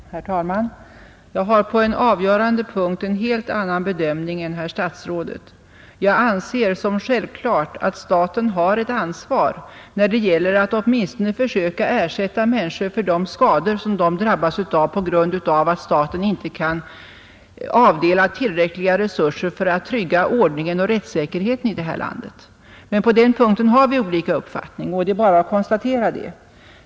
Herr talman! Jag har på en avgörande punkt gjort en helt annan bedömning än herr statsrådet. Jag anser som självklart att staten har ett ansvar när det gäller att åtminstone försöka ersätta människor för de skador som de drabbas av genom att staten inte kan avdela tillräckliga resurser för att trygga ordningen och rättssäkerheten i det här landet. Men på den punkten har vi alltså olika uppfattning, och det är bara att konstatera det.